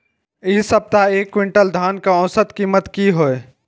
इ सप्ताह एक क्विंटल धान के औसत कीमत की हय?